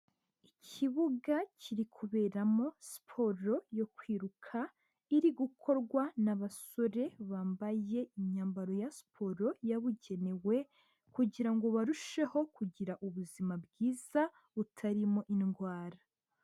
Ikibuga kiri kuberamo siporo yo kwiruka, iri gukorwa n'abasore bambaye imyambaro ya siporo yabugenewe, kugira ngo barusheho kugira ubuzima bwiza, butarimo indwara.